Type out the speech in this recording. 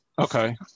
Okay